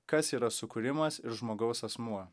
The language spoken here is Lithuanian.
kas yra sukūrimas ir žmogaus asmuo